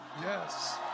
Yes